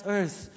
Earth